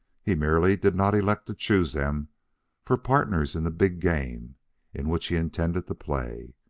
he merely did not elect to choose them for partners in the big game in which he intended to play.